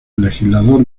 legislador